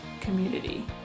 Community